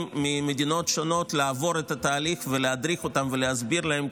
ממדינות שונות לעבור את התהליך ולהדריך אותם ולהסביר להם,